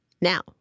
now